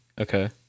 okay